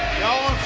y'all